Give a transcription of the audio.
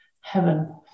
heaven